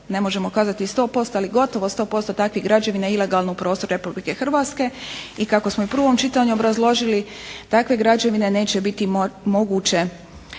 ne možemo kazati 100%, ali gotovo 100% takvih građevina ilegalno u prostoru RH i kako smo i u prvom čitanju obrazložili takve građevine neće biti moguće